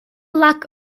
luck